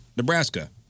Nebraska